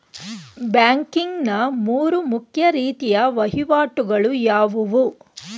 Banking ನ ಮೂರು ಮುಖ್ಯ ರೀತಿಯ ವಹಿವಾಟುಗಳು ಯಾವುವು?